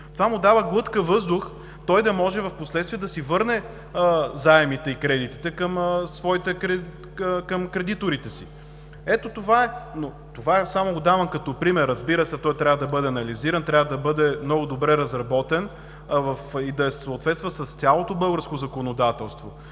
Това му дава глътка въздух, да може впоследствие да върне заемите и кредитите към кредиторите си. Ето, това е. Това само го давам като пример. Разбира се, той трябва да бъде анализиран, трябва да бъде много добре разработен и да съответства с цялото българско законодателство.